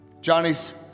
Johnny's